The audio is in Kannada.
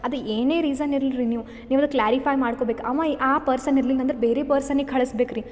ಅದು ಏನೇ ರೀಸನ್ ಇಲ್ಲರೀ ನೀವು ನೀವೆಲ್ಲ ಕ್ಲಾರಿಫೈ ಮಾಡ್ಕೊಬೇಕು ಅವ ಆ ಪರ್ಸನ್ ಇರ್ಲಿಲ್ಲ ಅಂದ್ರೆ ಬೇರೆ ಪರ್ಸನಿಗೆ ಕಳಿಸ್ಬೇಕ್ ರೀ